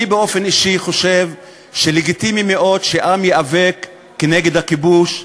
אני באופן אישי חושב שלגיטימי מאוד שעם ייאבק כנגד הכיבוש,